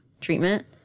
treatment